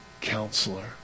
Counselor